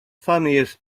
funniest